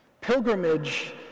Pilgrimage